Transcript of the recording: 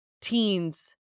teens